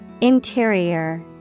Interior